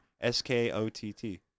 S-K-O-T-T